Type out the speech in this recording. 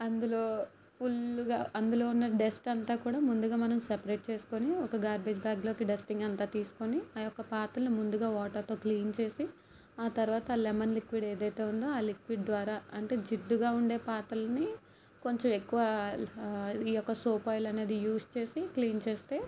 అందులో ఫుల్లుగా అందులో ఉన్న డస్ట్ అంతా కూడా ముందుగా మనం సపరేట్ చేసుకొని ఒక గార్బేజ్ బ్యాగ్లోకి డస్టింగ్ అంతా తీసుకొని ఆయొక్క పాత్రలు ముందుగా వాటర్తో క్లీన్ చేసి ఆ తరువాత లెమన్ లిక్విడ్ ఏదైతే ఉందో ఆ లిక్విడ్ ద్వారా అంటే జిడ్డుగా ఉండే పాత్రలని కొంచెం ఎక్కువ ఈయొక్క సోప్ ఆయిల్ అనేది యూస్ చేసి క్లీన్ చేస్తే